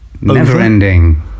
never-ending